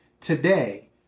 Today